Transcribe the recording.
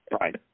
Right